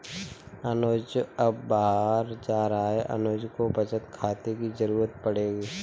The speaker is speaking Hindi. अनुज अब बाहर जा रहा है अनुज को बचत खाते की जरूरत पड़ेगी